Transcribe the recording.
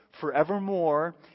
forevermore